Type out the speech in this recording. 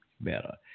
better